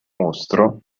mostro